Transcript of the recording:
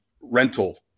rental